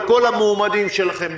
על כל המועמדים שלכם.